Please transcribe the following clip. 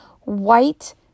white